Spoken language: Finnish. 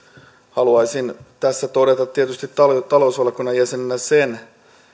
haluaisin tässä todeta talousvaliokunnan jäsenenä